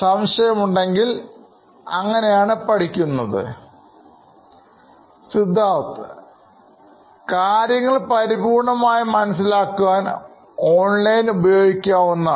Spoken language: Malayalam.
സംശയമുണ്ടെങ്കിൽ അങ്ങനെയാണ് പഠിക്കുന്നത് Siddharth കാര്യങ്ങൾപരിപൂർണ്ണമായി മനസ്സിലാക്കാൻ ഓൺലൈൻ ഉപയോഗിക്കാവുന്നതാണ്